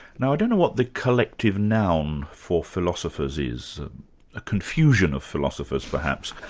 now i don't know what the collective noun for philosophers is a confusion of philosophers, perhaps.